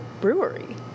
brewery